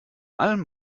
allem